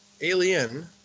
alien